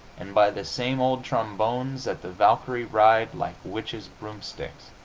and by the same old trombones that the valkyrie ride like witch's broomsticks,